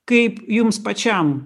kaip jums pačiam